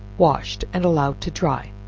washed, and allowed to dry,